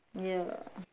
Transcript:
ya lah